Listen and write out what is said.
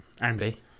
Andy